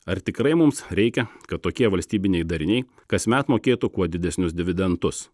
ar tikrai mums reikia kad tokie valstybiniai dariniai kasmet mokėtų kuo didesnius dividendus